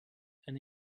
and